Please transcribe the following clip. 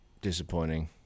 disappointing